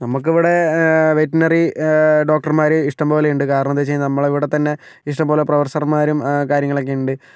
നമുക്കിവിടെ വെറ്റിനറി ഡോക്ടർമാർ ഇഷ്ടംപോലെയുണ്ട് കാരണം എന്താണെന്ന് വെച്ച് കഴിഞ്ഞാൽ നമ്മളിവിടേ തന്നെ ഇഷ്ടം പോലെ പ്രൊഫസർമാരും കാര്യങ്ങളൊക്കെ ഉണ്ട്